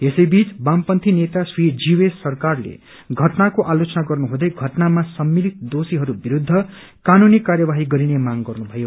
यसै बीच वामपन्थी नेता श्री जीवेश सरकारले घटनाको आलोचना गर्नुहुँदै घटनामा सम्मिलित दोषीहरू विरूद्व कानूनी कार्यवाही गरिने माग गर्नुभयो